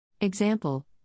Example